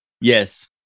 Yes